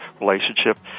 relationship